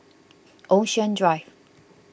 Ocean Drive